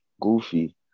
Goofy